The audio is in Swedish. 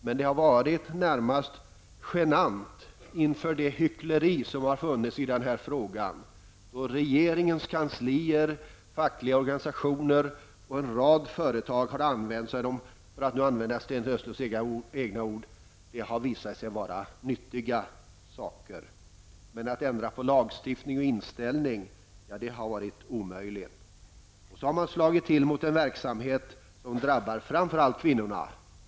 Men det hyckleri som har funnits i den här frågan har varit närmast genant. Regeringens kanslier, fackliga organisationer och en rad företag har utnyttjat denna verksamhet för att det, för att använda Sten Östlunds egna ord, har visat sig vara nyttiga saker. Men att ändra på lagstiftning och inställning det har varit omöjligt. Således har man slagit till mot en verksamhet, och det drabbar framför allt kvinnorna.